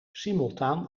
simultaan